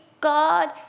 God